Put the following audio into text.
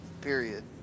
Period